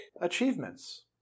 achievements